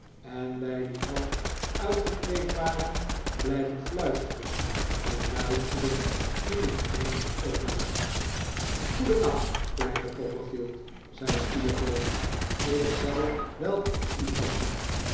en wij die half uitgekleed waren blijven fluisteren en luisteren gingen eindelijk ook naar bed goedennacht kleine copperfield zei steerforth ik zal wel op u passen